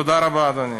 תודה רבה, אדוני.